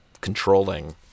controlling